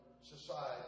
society